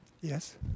Yes